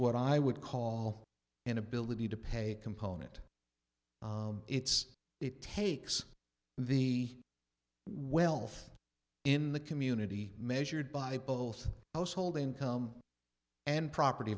what i would call an ability to pay component it's it takes the wealth in the community measured by both household income and property